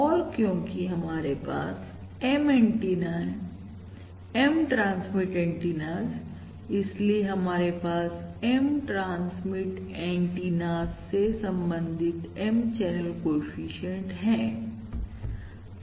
और क्योंकि हमारे पास M antenna M transmit antennas इसलिए हमारे पास M ट्रांसमीट एंटीनास से संबंधित M चैनल कोएफिशिएंट है